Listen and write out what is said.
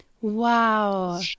Wow